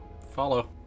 Follow